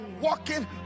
walking